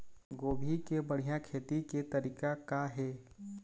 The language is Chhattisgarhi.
गोभी के बढ़िया खेती के तरीका का हे?